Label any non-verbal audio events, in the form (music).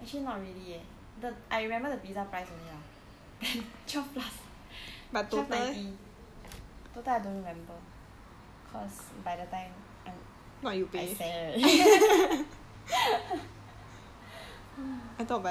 actually not really eh the I I remember the pizza price only lah then (laughs) twelve plus (laughs) twelve ninety total I don't remember cause by that time I I seh already (laughs)